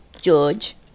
George